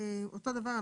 אותו דבר,